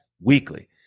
weekly